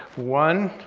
one,